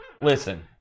listen